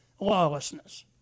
lawlessness